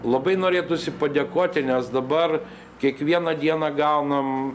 labai norėtųsi padėkoti nes dabar kiekvieną dieną gaunam